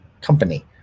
company